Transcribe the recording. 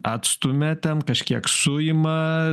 atstumia ten kažkiek suima